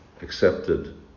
Accepted